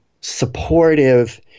supportive